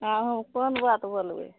आब हम कोन बात बोलबय